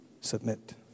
submit